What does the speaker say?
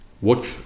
watch